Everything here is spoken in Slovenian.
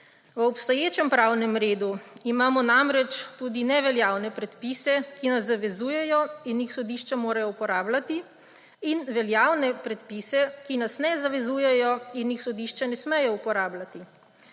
V obstoječem pravnem redu imamo namreč tudi neveljavne predpise, ki nas zavezujejo in jih sodišča morajo uporabljati, in veljavne predpise, ki nas ne zavezujejo in jih sodišča ne smejo uporabljati.